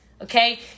okay